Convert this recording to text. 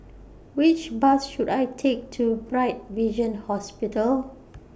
Which Bus should I Take to Bright Vision Hospital